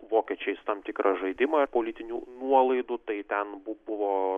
vokiečiais tam tikrą žaidimą ir politinių nuolaidų tai ten buvo